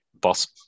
boss